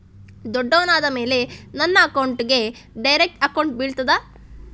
ದೊಡ್ಡವನಾದ ಮೇಲೆ ನನ್ನ ಅಕೌಂಟ್ಗೆ ಡೈರೆಕ್ಟ್ ಹಣ ಬೀಳ್ತದಾ?